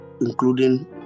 including